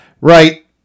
Right